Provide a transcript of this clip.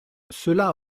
cela